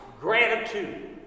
gratitude